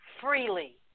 Freely